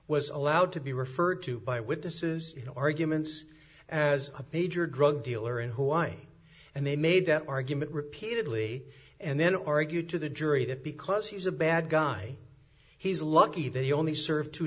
was allowed to be referred to by witnesses you know arguments as a major drug dealer in hawaii and they made that argument repeatedly and then argued to the jury that because he's a bad guy he's lucky that he only served two